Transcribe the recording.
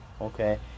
okay